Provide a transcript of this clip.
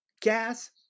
gas